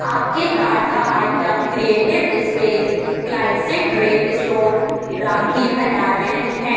आपके कार्ट का item creative space classic red stone rakhi भंडार में नहीं है